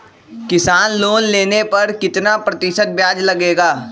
किसान लोन लेने पर कितना प्रतिशत ब्याज लगेगा?